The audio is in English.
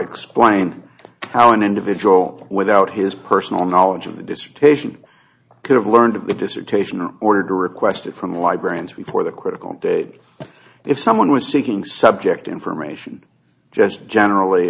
explain how an individual without his personal knowledge of the dissertation could have learned of the dissertation or ordered to request it from the librarians we for the critical day if someone was seeking subject information just generally